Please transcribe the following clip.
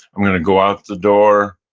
i'm going to go out the door.